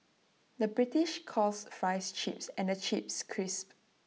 the British calls Fries Chips and Chips Crisps